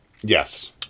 Yes